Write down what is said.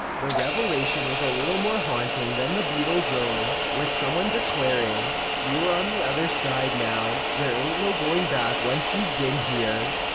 the revelation was a little more haunting than the beatles' own, with someone declaring you are on the other side now. there ain't no going back once you been here,